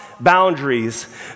boundaries